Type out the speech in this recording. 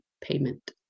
payment